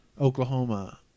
Oklahoma